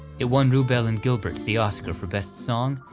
it won wrubel and gilbert the oscar for best song,